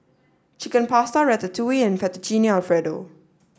Chicken Pasta Ratatouille and Fettuccine Alfredo